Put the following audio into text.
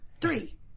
three